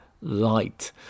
light